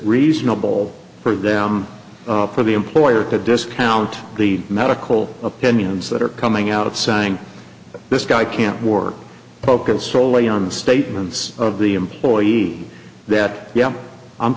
reasonable for them for the employer to discount the medical opinions that are coming out saying this guy can't work focus solely on the statements of the employee that yeah i'm